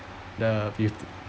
the with